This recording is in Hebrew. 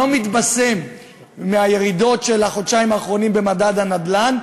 לא מתבשם מהירידות של החודשיים האחרונים במדד הנדל"ן,